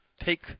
take